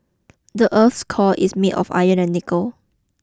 the earth's core is made of iron and nickel